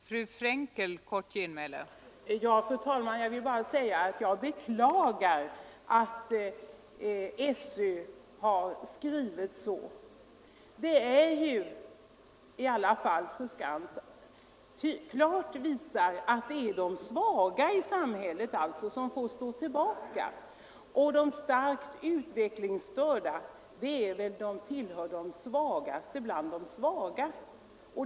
Fru talman! Jag beklagar att SÖ har skrivit så som fru Skantz nu läst upp. Det är ju i alla fall, fru Skantz, de svaga i samhället som får stå tillbaka, och de svårt utvecklingsstörda hör till de svagaste bland de svaga.